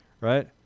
right